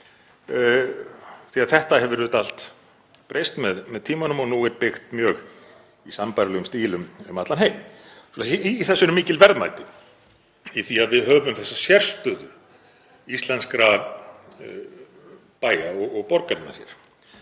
því þetta hefur allt breyst með tímanum og nú er byggt í mjög sambærilegum stílum um allan heim. Í þessu eru mikil verðmæti, í því að við höfum þessa sérstöðu íslenskra bæja og borgarinnar hér